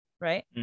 Right